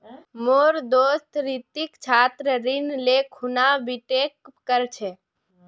मोर दोस्त रितिक छात्र ऋण ले खूना बीटेक कर छ